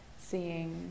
seeing